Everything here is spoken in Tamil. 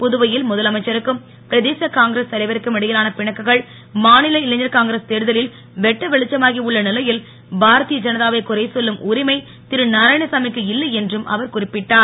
புதுவையில் முதலமைச்சருக்கும் பிரதேச காங்கிரஸ் தலைவருக்கும் இடையிலாள பிணக்குகள் மாநில இளைஞர் காங்கிரஸ் தேர்தலில் வெட்ட வெளிச்சமாகி உள்ள நிலையில் பாரதிய ஜனதாவை குறை சொல்லும் உரிமை திரு நாராயணசாமிக்கு இல்லை என்றும் அவர் குறிப்பிட்டார்